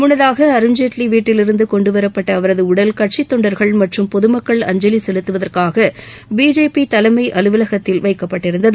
முன்னதாக அருண் ஜெட்லி வீட்டிலிருந்து கொண்டுவரப்பட்ட அவரது உடல் கட்சித் தொண்டர்கள் மற்றும் பொது மக்கள் அஞ்சலி செலுத்துவதற்காக பிஜேபி தலைமை அலுவலகத்தில் வைக்கப்பட்டிருந்தது